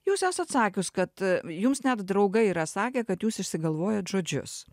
jūs esat atsakius kad jums net draugai yra sakę kad jūs išsigalvojat žodžius